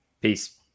Peace